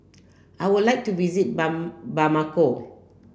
I would like to visit Bamako